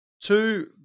two